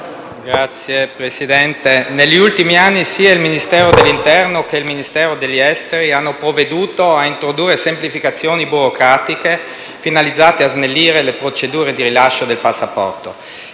colleghi, negli ultimi anni sia il Ministero dell'interno che il Ministero degli affari esteri hanno provveduto a introdurre semplificazioni burocratiche finalizzate a snellire le procedure di rilascio del passaporto.